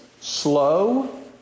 Slow